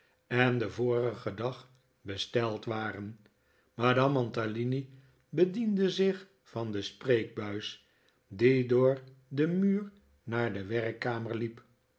en den vorigen dag besteld waren madame mantalini bediende zich van de spreekbuis die door den muur naar de werkkamer liep